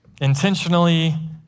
intentionally